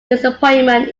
disappointment